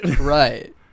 right